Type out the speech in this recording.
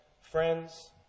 friends